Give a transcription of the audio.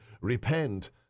Repent